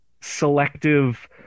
selective